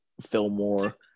Fillmore